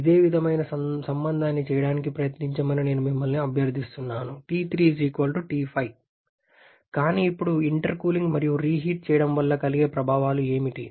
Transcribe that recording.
ఇదే విధమైన సంబంధాన్ని చేయడానికి ప్రయత్నించమని నేను మిమ్మల్ని అభ్యర్థిస్తున్నాను T3 T5 కానీ ఇప్పుడు ఇంటర్కూలింగ్ మరియు రీహీట్ చేయడం వల్ల కలిగే ప్రభావాలు ఏమిటి